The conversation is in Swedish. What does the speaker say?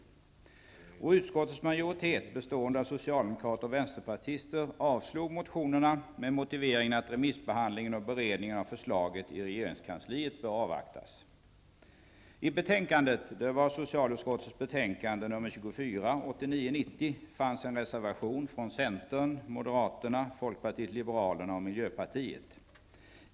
Då avstyrkte utskottets majoritet, bestående av socialdemokrater och vänsterpartister, motionerna med motivering att remissbehandling och beredning av förslaget i regeringskansliet borde avvaktas. I socialutskottets betänkande 1989/90:SoU24 fanns en reservation från centern, moderaterna, folkpartiet liberalerna och miljöpartiet.